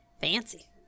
Fancy